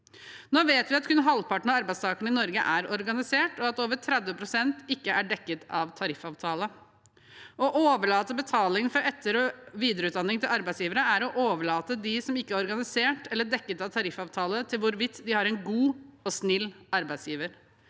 Nå vet vi at kun halvparten av arbeidstakerne i Norge er organisert, og at over 30 pst. ikke er dekket av tariffavtale. Å overlate betalingen for etter- og videreutdanning til arbeidsgivere er å overlate de som ikke er organisert eller dekket av tariffavtale, til hvorvidt de har en god og snill arbeidsgiver.